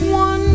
one